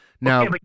now